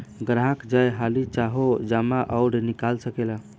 ग्राहक जय हाली चाहो जमा अउर निकाल सकेला